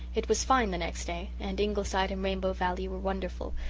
it was fine the next day, and ingleside and rainbow valley were wonderful,